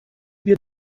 wir